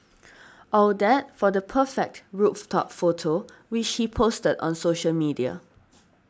all that for the perfect rooftop photo which she posted on social media